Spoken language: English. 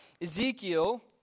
Ezekiel